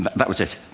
but that was it,